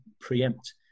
preempt